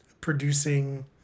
producing